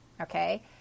okay